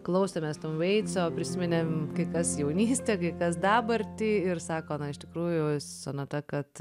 klausėmės tom veico prisiminėm kai kas jaunystę kai kas dabartį ir sako na iš tikrųjų sonata kad